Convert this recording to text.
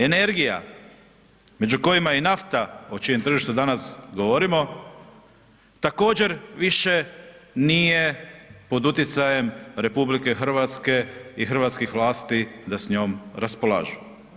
Energija, među kojima je i nafta, o čijem tržištu danas govorimo, također više nije pod utjecajem RH i hrvatskih vlasti da s njom raspolažu.